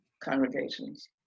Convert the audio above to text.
congregations